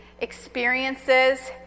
experiences